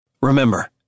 Remember